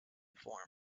form